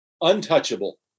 untouchable